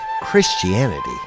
Christianity